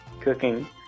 cooking